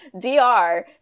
DR